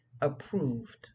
approved